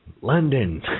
London